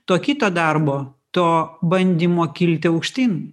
to kito darbo to bandymo kilti aukštyn